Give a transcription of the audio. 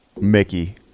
Mickey